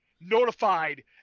notified